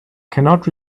cannot